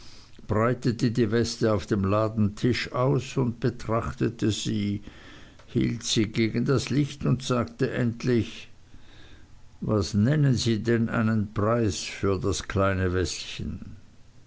breitete die weste auf dem ladentisch aus und betrachtete sie hielt sie gegen das licht und sagte endlich was nenne sie denn einen preis für das kleine westchen